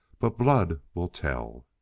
but blood will tell!